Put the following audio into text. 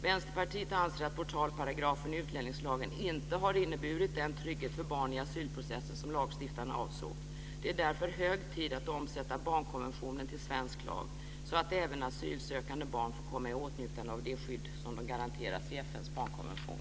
Vänsterpartiet anser att portalparagrafen i utlänningslagen inte har inneburit den trygghet för barn i asylprocessen som lagstiftaren avsåg. Det är därför hög tid att omsätta barnkonventionen till svensk lag så att även asylsökande barn får komma i åtnjutande av det skydd som de garanteras i FN:s barnkonvention.